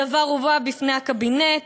הדבר הובא בפני הקבינט,